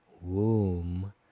Womb